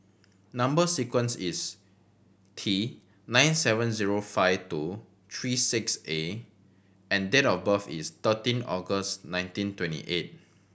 number sequence is T nine seven zero five two three six A and date of birth is thirteen August nineteen twenty eight